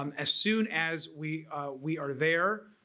um as soon as we we are there,